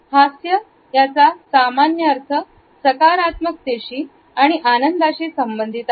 हास्याचा सामान्य अर्थ सकारात्मकतेशी आणि आनंदाची संबंधित आहे